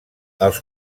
els